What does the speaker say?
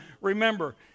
remember